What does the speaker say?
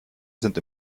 sind